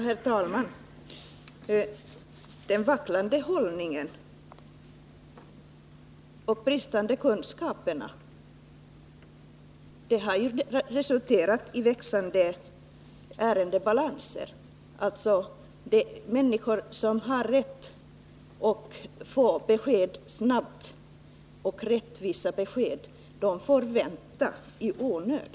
Herr talman! Den vacklande hållningen och de bristande kunskaperna har resulterat i växande ärendebalanser. Människor som har rätt att få besked snabbt — och rättvisa besked! — får vänta i onödan.